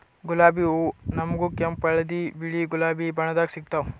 ಗುಲಾಬಿ ಹೂವಾ ನಮ್ಗ್ ಕೆಂಪ್ ಹಳ್ದಿ ಬಿಳಿ ಗುಲಾಬಿ ಬಣ್ಣದಾಗ್ ಸಿಗ್ತಾವ್